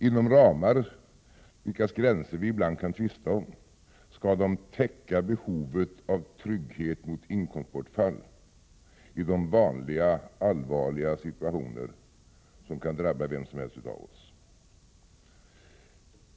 Inom ramar vilkas gränser man kan tvista om skall de täcka behovet av trygghet mot inkomstbortfall i de vanliga, allvarliga situationer som kan drabba vem som helst av oss.